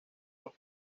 los